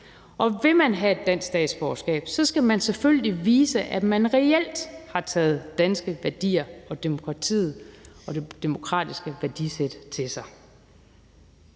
Og vil man have et dansk statsborgerskab, skal man selvfølgelig vise, at man reelt har taget danske værdier, demokratiet og det demokratiske værdisæt til sig.